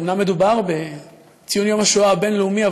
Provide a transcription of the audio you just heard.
ואומנם מדובר בציון יום השואה הבין-לאומי,